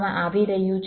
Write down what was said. તેથી ફાયદા શું છે